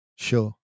sure